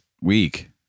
week